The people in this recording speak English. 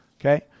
Okay